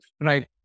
Right